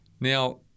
Now